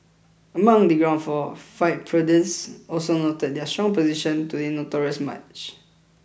among the ground for fight pundits also noted their strong opposition to the notorious match